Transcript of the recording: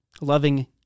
loving